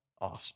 awesome